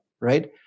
right